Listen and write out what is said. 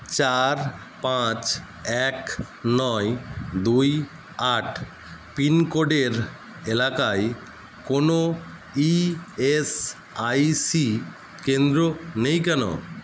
চার পাঁচ এক নয় দুই আট পিনকোডের এলাকায় কোনও ইএসআইসি কেন্দ্র নেই কেন